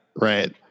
Right